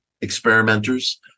experimenters